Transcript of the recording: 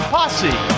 Posse